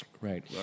right